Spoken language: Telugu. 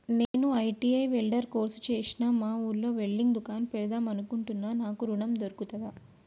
నేను ఐ.టి.ఐ వెల్డర్ కోర్సు చేశ్న మా ఊర్లో వెల్డింగ్ దుకాన్ పెడదాం అనుకుంటున్నా నాకు ఋణం దొర్కుతదా?